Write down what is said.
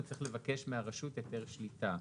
הוא צריך לבקש מהרשות לניירות ערך היתר שליטה.